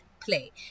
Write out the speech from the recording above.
play